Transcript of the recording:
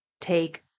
take